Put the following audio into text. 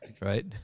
right